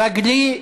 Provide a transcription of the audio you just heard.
רגלי.